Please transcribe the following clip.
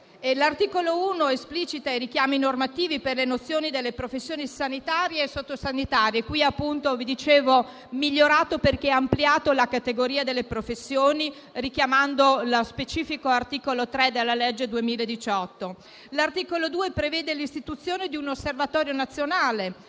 L'articolo 1 esplicita i richiami normativi per le nozioni delle professioni sanitarie e socio-sanitarie: come vi dicevo, è stato migliorato, perché è stata ampliata la categoria delle professioni, richiamando gli specifici articoli 4 e da 6 a 9 della legge n. 3 del 2018. L'articolo 2 prevede l'istituzione di un Osservatorio nazionale